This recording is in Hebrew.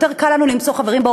יותר קל לנו למצוא באופוזיציה